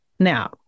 Now